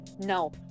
No